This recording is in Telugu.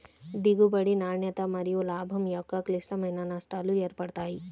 దిగుబడి, నాణ్యత మరియులాభం యొక్క క్లిష్టమైన నష్టాలు ఏర్పడతాయి